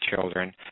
children